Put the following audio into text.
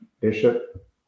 Bishop